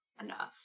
enough